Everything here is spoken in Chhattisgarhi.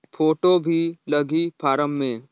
फ़ोटो भी लगी फारम मे?